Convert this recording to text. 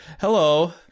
Hello